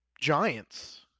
giants